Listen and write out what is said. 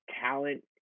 talent